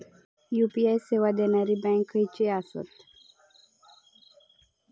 UPI सेवा देणारे bank खयचे आसत?